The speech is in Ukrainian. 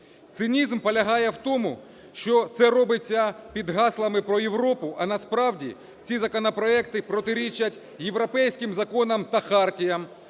Цинізм полягає в тому, що це робиться під гаслами про Європу, а насправді ці законопроекти протирічать європейським законам та хартіям,